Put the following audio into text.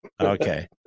Okay